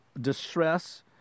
distress